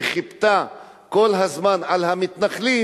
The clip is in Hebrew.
וחיפתה כל הזמן על המתנחלים,